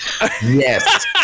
Yes